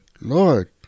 Lord